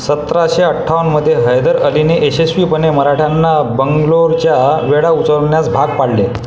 सतराशे अठ्ठावनमध्ये हैदर अलीने यशस्वीपणे मराठ्यांना बंगलोरचा वेढा उचलण्यास भाग पाडले